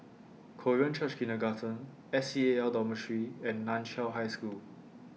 Korean Church Kindergarten S C A L Dormitory and NAN Chiau High School